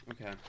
Okay